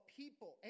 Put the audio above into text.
people